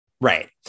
Right